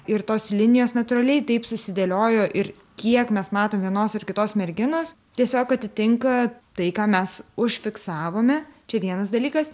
ir tos linijos natūraliai taip susidėliojo ir kiek mes matom vienos ar kitos merginos tiesiog atitinka tai ką mes užfiksavome čia vienas dalykas